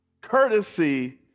courtesy